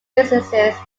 businesses